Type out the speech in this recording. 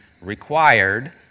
required